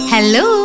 Hello